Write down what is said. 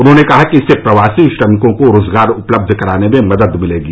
उन्होंने कहा कि इससे प्रवासी श्रमिकों को रोजगार उपलब्ध कराने में मदद मिलेगी